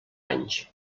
anys